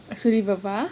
சூரி பாபா:suri paapa